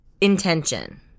intention